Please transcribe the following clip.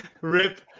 rip